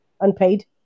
unpaid